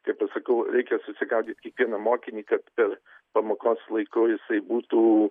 kaip ir sakau reikia susigaudyt kiekvieną mokinį kad per pamokos laiku jisai būtų